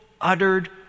uttered